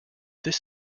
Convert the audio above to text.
this